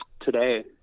today